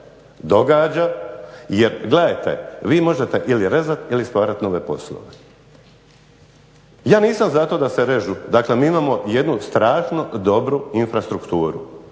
događa jer gledajte. Vi možete ili rezati ili stvarati nove poslove. Ja nisam za to da se režu. Dakle, mi imamo jednu strašno dobru infrastrukturu.